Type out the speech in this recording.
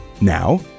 Now